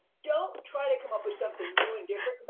don't try to come up with something new and different.